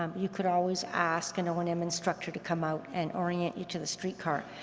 um you could always ask an o and m instructor to come out and orient you to the streetcar.